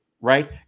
right